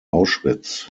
auschwitz